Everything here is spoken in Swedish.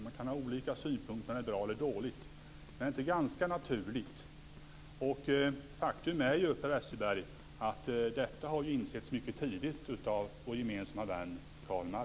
Man kan ha olika synpunkter på om det är bra eller dåligt, men är det inte ganska naturligt? Faktum är ju, Per Westerberg, att detta insågs mycket tidigt av vår gemensamma vän Karl Marx.